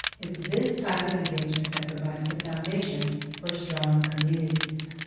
it's this type of engagement that provides the foundation for strong communities.